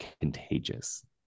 contagious